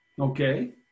Okay